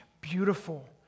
beautiful